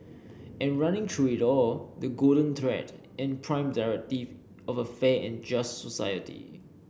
and running through it all the golden thread and prime directive of a fair and just society